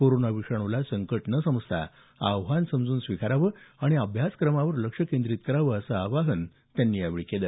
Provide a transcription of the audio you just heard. corona विषाणूला संकट न समजता आव्हान समजून स्वीकारावं आणि अभ्यासक्रमावर लक्ष केंद्रित करावं असं आवाहन त्यांनी यावेळी विद्यार्थ्यांना केला